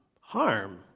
harm